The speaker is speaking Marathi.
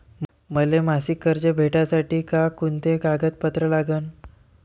मले मासिक कर्ज भेटासाठी का कुंते कागदपत्र लागन?